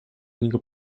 niego